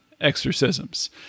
exorcisms